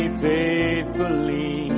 faithfully